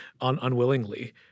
unwillingly